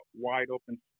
wide-open